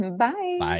bye